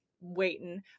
waiting